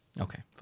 Okay